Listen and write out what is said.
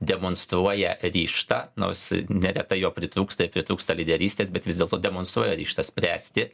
demonstruoja ryžtą nors neretai jo pritrūksta ir pritrūksta lyderystės bet vis dėlto demonstruoja ryžtą spręsti